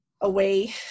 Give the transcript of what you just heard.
away